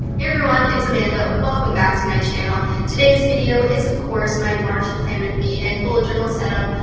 everyone, it's amanda, welcome back to my channel. today's video is of course my march plan with me and bullet journal setup.